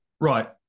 right